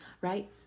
right